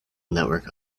network